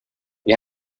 you